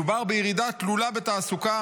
מדובר בירידה תלולה בתעסוקה,